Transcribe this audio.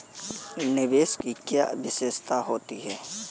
निवेश की क्या विशेषता होती है?